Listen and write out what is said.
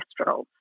cholesterol